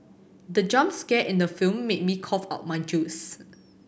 the jump scare in the film made me cough out my juice